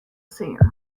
singer